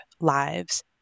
lives